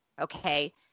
Okay